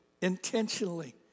intentionally